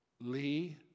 Lee